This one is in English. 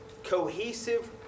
cohesive